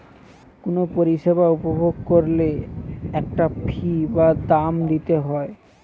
কুনো পরিষেবা উপভোগ কোরলে একটা ফী বা দাম দিতে হই